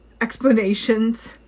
explanations